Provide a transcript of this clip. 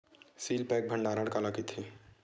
Seal pack भंडारण काला कइथे?